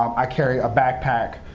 i carry a backpack.